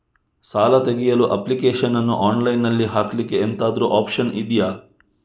ಸಾಲ ತೆಗಿಯಲು ಅಪ್ಲಿಕೇಶನ್ ಅನ್ನು ಆನ್ಲೈನ್ ಅಲ್ಲಿ ಹಾಕ್ಲಿಕ್ಕೆ ಎಂತಾದ್ರೂ ಒಪ್ಶನ್ ಇದ್ಯಾ?